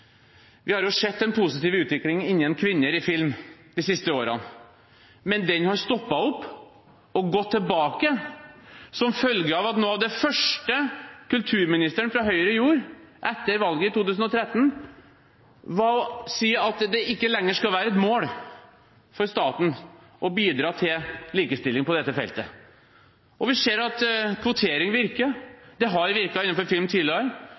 Vi har sett en positiv utvikling for kvinner innenfor film de siste årene. Men utviklingen har stoppet opp og gått tilbake som følge av at noe av det første kulturministeren fra Høyre gjorde etter valget i 2013, var å si at det ikke lenger skulle være et mål for staten å bidra til likestilling på dette feltet. Vi ser at kvotering virker, det har virket innenfor film tidligere,